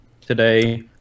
today